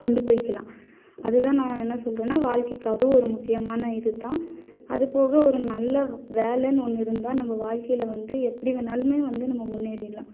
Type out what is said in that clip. கொண்டு போய்க்கலாம் அது தான் நான் என்ன சொல்கிறேன்னா வாழ்க்கைக்கு அதுவும் ஒரு முக்கியமான இது தான் அதுபோக ஒரு நல்ல வேலைனு ஒன்று இருந்தால் நம்ம வாழ்க்கையில வந்து எப்படிவேணாலுமே வந்து நம்ம முன்னேறிடலாம்